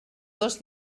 dos